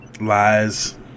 Lies